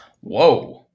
Whoa